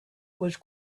was